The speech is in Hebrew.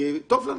כי טוב לנו.